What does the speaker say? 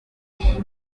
bishime